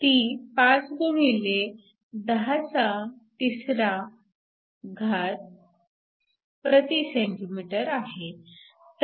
ती 5 x 103 cm 1 आहे